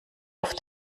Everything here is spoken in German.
auf